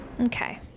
Okay